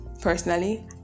personally